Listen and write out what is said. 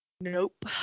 Nope